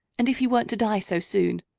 and if he weren't to die so soon,